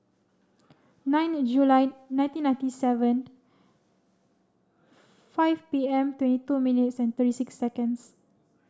nine the July nineteen ninety seven five P M twenty two minutes and thirty six seconds